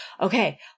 okay